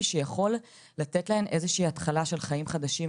שיכול לתת להן איזו שהיא התחלה שלך חיים חדשים.